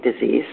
disease